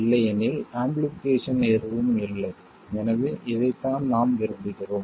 இல்லையெனில் ஆம்பிளிஃபிகேஷன் எதுவும் இல்லை எனவே இதைத்தான் நாம் விரும்புகிறோம்